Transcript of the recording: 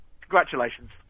congratulations